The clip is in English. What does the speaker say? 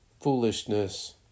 foolishness